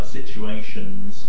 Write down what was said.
situations